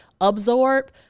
absorb